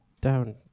down